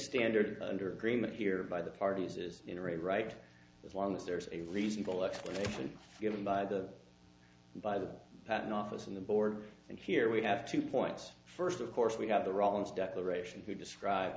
standard under prima here by the parties is a right as long as there's a reasonable explanation given by the by the patent office and the board and here we have two points first of course we got the wrong declaration to descri